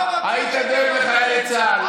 אתה לא, היית דואג לחיילי צה"ל.